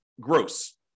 gross